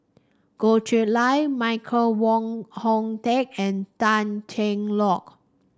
Goh Chiew Lye Michael Wong Hong Teng and Tan Cheng Lock